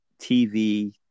TV